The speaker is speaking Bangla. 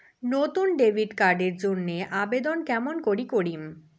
নতুন ডেবিট কার্ড এর জন্যে আবেদন কেমন করি করিম?